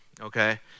okay